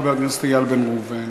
חבר הכנסת איל בן ראובן.